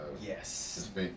Yes